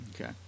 Okay